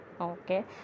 okay